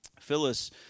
Phyllis